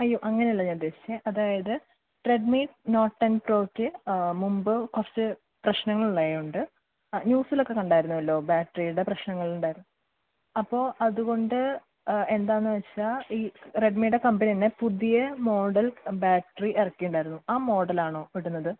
അയ്യോ അങ്ങനെ അല്ല ഞാൻ ഉദ്ദേശിച്ചത് അതായത് റെഡ്മി നോട്ട് ടെൻ പ്രോയ്ക്ക് മുമ്പ് കുറച്ച് പ്രശ്ങ്ങൾ ഉണ്ടായതുകൊണ്ട് ആ ന്യൂസിലൊക്കെ കണ്ടായിരുന്നുവല്ലോ ബാറ്ററിയുടെ പ്രശ്നങ്ങളുടെ അപ്പോൾ അതുകൊണ്ട് എന്താണെന്ന് വെച്ചാൽ ഈ റെഡ്മിയുടെ കമ്പനി തന്നെ പുതിയ മോഡൽ ബാറ്ററി ഇറക്കിയിട്ടുണ്ടായിരുന്നു ആ മോഡൽ ആണോ കിട്ടുന്നത്